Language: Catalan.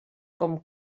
com